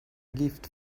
gift